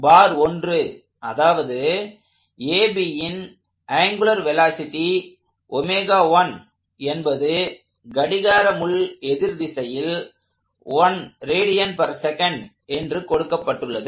பார் 1 அதாவது AB ன் angular velocity என்பது கடிகார எதிர் திசையில் 1 rads என்று கொடுக்கப்பட்டுள்ளது